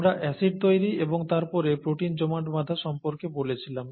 আমরা অ্যাসিড তৈরি এবং তারপর প্রোটিন জমাট বাঁধা সম্পর্কে বলেছিলাম